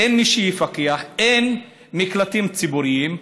אין מי שיפקח, אין מקלטים ציבוריים,